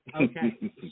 okay